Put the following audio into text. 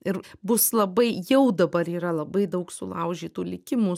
ir bus labai jau dabar yra labai daug sulaužytų likimų